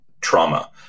trauma